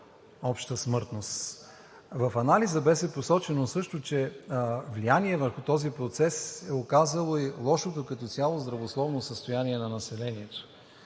„обща смъртност“. В анализа беше посочено също, че влияние върху този процес е оказало и лошото като цяло здравословно състояние на населението.